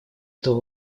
этого